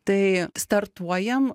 tai startuojam